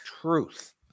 truth